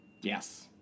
Yes